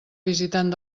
visitant